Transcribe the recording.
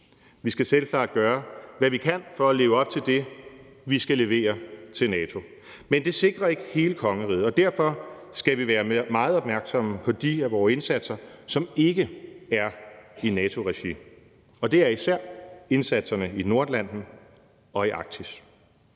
Vi skal selvklart gøre, hvad vi kan, for at leve op til det, vi skal levere til NATO. Men det sikrer ikke hele kongeriget, og derfor skal vi være meget opmærksomme på de af vore indsatser, som ikke er i NATO-regi. Det er især indsatserne i Nordatlanten og i Arktis.